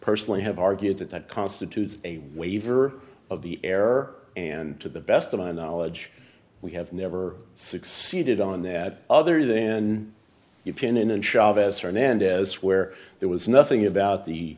personally have argued that that constitutes a waiver of the error and to the best of my knowledge we have never succeeded on that other than in european and chavez hernandez where there was nothing about the